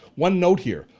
one note here.